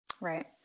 Right